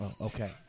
okay